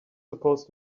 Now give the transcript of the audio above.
supposed